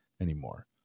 anymore